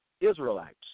Israelites